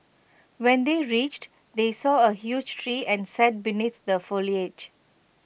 when they reached they saw A huge tree and sat beneath the foliage